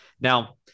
Now